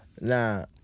nah